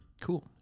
Cool